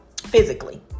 physically